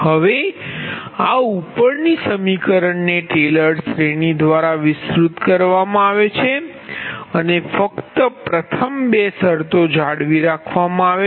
હવે આ ઉપરની સમીકરણ ને ટેલર શ્રેણી દ્વારા વિસ્તૃત કરવામાં આવે છે અને ફક્ત પ્રથમ 2 શરતો જાળવી રાખવામાં આવે છે